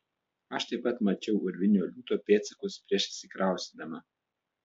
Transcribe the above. aš taip pat mačiau urvinio liūto pėdsakus prieš įsikraustydama